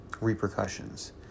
repercussions